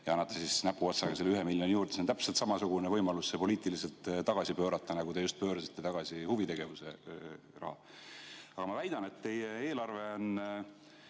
ja annate näpuotsaga 1 miljoni juurde. On täpselt samasugune võimalus see poliitiliselt tagasi pöörata, nagu te just pöörasite tagasi huvitegevuse raha maksmise. Aga ma väidan, et teie eelarve on